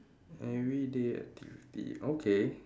everyday activity okay